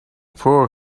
four